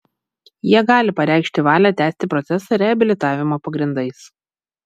jie gali pareikšti valią tęsti procesą reabilitavimo pagrindais